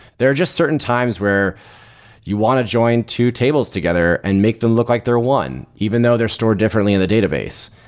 there are just certain times where you want to join two tables together and make them look like they're one even though they're stored differently in the database.